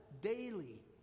daily